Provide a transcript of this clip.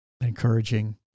encouraging